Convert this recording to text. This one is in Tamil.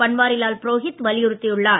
பன்வாரிலால் புரோகித் வலியுறுத்தியுள்ளார்